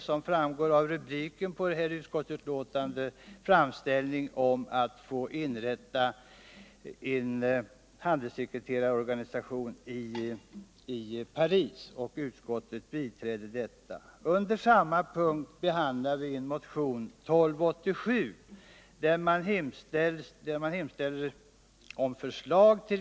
Som framgår av rubriken på betänkandet gäller det en framställning om att få inrätta handelssekreterarorganisation i Paris. Utskottet biträder detta förslag.